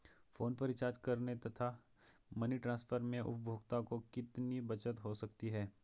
Phone पर recharge करने तथा मनी ट्रांसफर में उपभोक्ता को कितनी बचत हो सकती है?